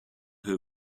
her